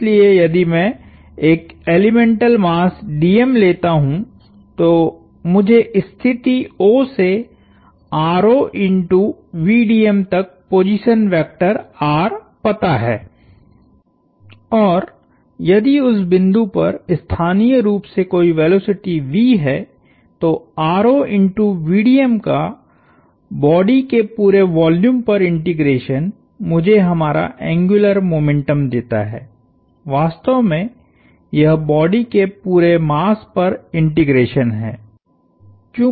इसलिए यदि मैं एक एलीमेंटल मास लेता हूं तो मुझे स्थिति O से तक पोजीशन वेक्टर पता है और यदि उस बिंदु पर स्थानीय रूप से कोई वेलोसिटी है तो का बॉडी के पुरे वॉल्यूम पर इंटीग्रेशन मुझे हमारा एंग्युलर मोमेंटम देता है वास्तव में यह बॉडी के पूरे मास पर इंटीग्रेशन है